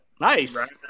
Nice